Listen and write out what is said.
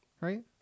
right